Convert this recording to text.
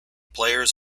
players